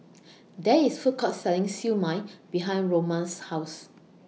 There IS A Food Court Selling Siew Mai behind Roma's House